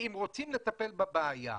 אם רוצים לטפל בבעיה.